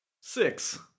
Six